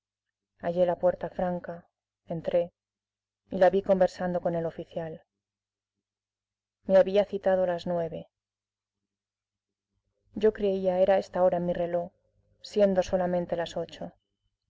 hallé la puerta franca entre y la vi conversando con el oficial me había citado a las nueve yo creía era esta hora en mi reloj siendo solamente las ocho